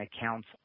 accounts